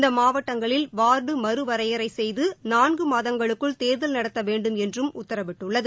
இந்த மாவட்டங்களில் வார்டு மறுவரையறை செய்து நான்கு மாதங்களுக்குள் தேர்தல் நடத்த வேண்டும் என்றும் உத்தரவிட்டுள்ளது